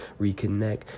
reconnect